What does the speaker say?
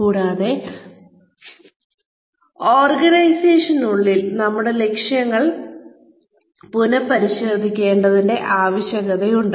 കൂടാതെ ഓർഗനൈസേഷനുകൾക്കുള്ളിൽ നമ്മുടെ ലക്ഷ്യങ്ങൾ പുനഃപരിശോധിക്കേണ്ടതിന്റെ ആവശ്യകതയുണ്ട്